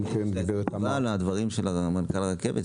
אם יש תגובה לדברים של מנכ"ל הרכבת,